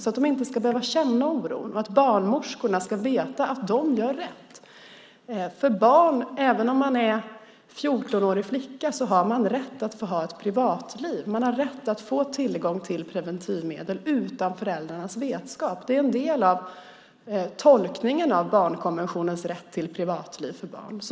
De ska inte behöva känna oron, och barnmorskorna ska veta att de gör rätt. Även om man är en 14-årig flicka har man rätt att få tillgång till preventivmedel utan föräldrarnas vetskap. Det är en del av tolkningen av barnkonventionens rätt till privatliv för barn.